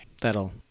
that'll